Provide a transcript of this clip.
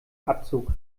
abzug